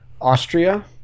Austria